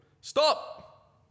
stop